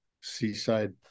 seaside